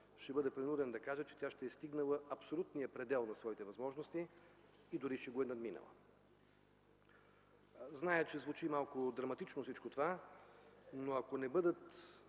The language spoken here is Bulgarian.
ще бъда принуден да кажа, че тя ще е стигнала абсолютния предел на своите възможности и дори ще го е надминала. Зная, че всичко това звучи малко драматично, но ако не бъдат